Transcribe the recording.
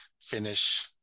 finish